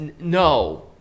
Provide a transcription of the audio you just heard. no